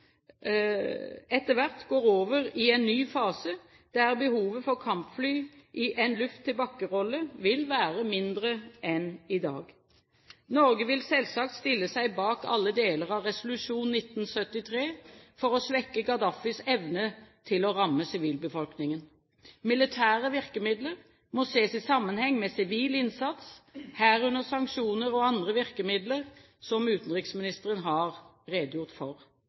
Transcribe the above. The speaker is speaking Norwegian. etter hvert går over i en ny fase, der behovet for kampfly i en luft-til-bakke-rolle vil være mindre enn i dag. Norge vil selvsagt stille seg bak alle deler av resolusjon 1973 for å svekke Gaddafis evne til å ramme sivilbefolkningen. Militære virkemidler må ses i sammenheng med sivil innsats, herunder sanksjoner og andre virkemidler, som utenriksministeren har redegjort for.